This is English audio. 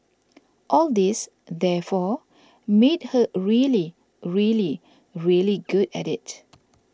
all this therefore made her really really really good at it